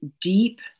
Deep